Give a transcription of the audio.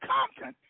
Compton